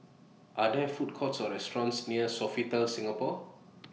Are There Food Courts Or restaurants near Sofitel Singapore